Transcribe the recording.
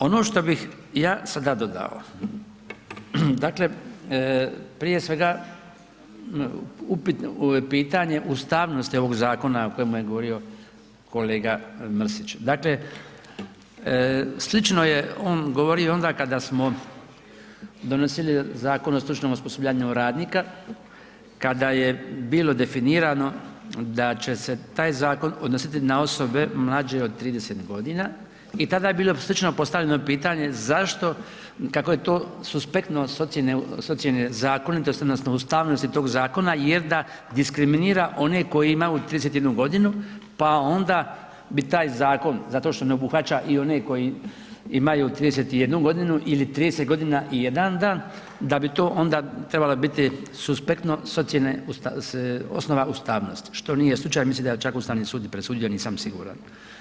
Ono što bih ja sada dodao, dakle prije svega pitanje ustavnosti ovog zakona o kojemu je govorio kolega Mrsić, dakle slično je on govorio onda kada smo donosili Zakon o stručnom osposobljavanju radnika kada je bilo definirano da će se taj zakon odnositi na osobe mlađe od 30.g. i tada je bilo slično postavljeno pitanje zašto, kako je to suspektno s ocijene, s ocijene zakonitosti odnosno ustavnosti tog zakona jer da diskriminira one koji imaju 31.g., pa onda bi taj zakon, zato što ne obuhvaća i one koji imaju 31.g. ili 30.g. i jedan dan, da bi to onda trebalo biti suspektno s ocijene osnova ustavnosti, što nije slučaj, ja mislim da je čak i Ustavni sud presudio, nisam siguran.